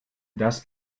das